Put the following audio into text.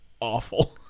awful